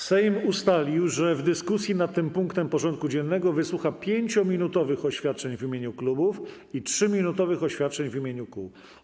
Sejm ustalił, że w dyskusji nad tym punktem porządku dziennego wysłucha 5-minutowych oświadczeń w imieniu klubów i 3-minutowych oświadczeń w imieniu kół.